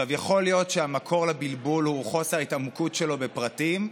יכול להיות שהמקור לבלבול הוא חוסר ההתעמקות שלו בפרטים,